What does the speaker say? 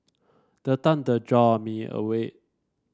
the thunder jolt me awake